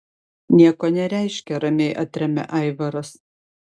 nieko nereiškia ramiai atremia aivaras